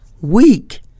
weak